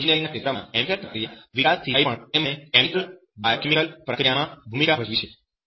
આ એન્જિનિયરીંગના ક્ષેત્રમાં કેમિકલ પ્રક્રિયા વિકાસ સિવાય પણ તેમણે કેમિકલ બાયોકેમિકલ પ્રક્રિયાઓમાં પણ ભૂમિકા ભજવી છે